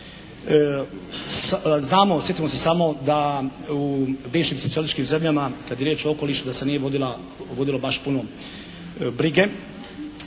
Znamo, sjetimo se samo da u bivšim socijalističkim zemljama kada je riječ o okolišu da se nije vodilo baš puno brige